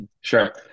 sure